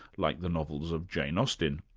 like the novels of jane austen,